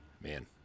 man